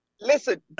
Listen